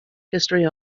history